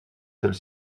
celle